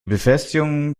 befestigungen